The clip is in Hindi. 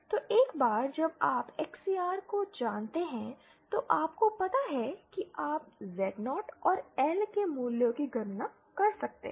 तो एक बार जब आप XCR को जानते हैं तो आपको पता है कि आप Z0 और L के मूल्य की गणना कर सकते हैं